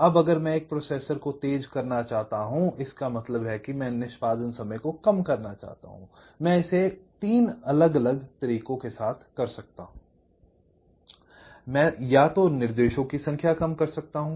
अब अगर मैं एक प्रोसेसर को तेज करना चाहता हूं इसका मतलब है कि मैं निष्पादन समय को कम करना चाहता हूं मैं इसे तीन अलग अलग तरीकों से कर सकता हूं I मैं या तो निर्देशों की संख्या कम कर सकता हूं